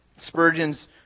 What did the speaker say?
Spurgeon's